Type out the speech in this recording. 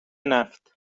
نفت